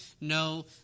no